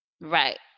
Right